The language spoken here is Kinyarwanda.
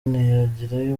ntiyagira